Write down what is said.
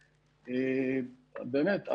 באמת,